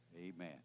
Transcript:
Amen